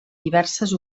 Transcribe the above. diverses